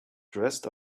dressed